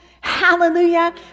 hallelujah